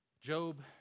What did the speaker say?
Job